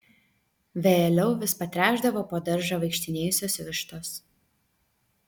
vėliau vis patręšdavo po daržą vaikštinėjusios vištos